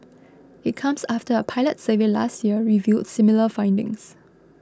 it comes after a pilot survey last year revealed similar findings